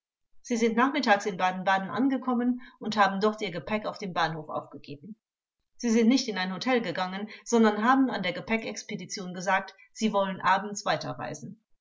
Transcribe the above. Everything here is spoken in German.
sie sind nachmittags in baden-baden angekommen und haben dort ihr gepäck auf dem bahnhof aufgegeben sie sind nicht in ein hotel gegangen sondern haben an der gepäckexpedition gesagt sie wollen abends weiterreisen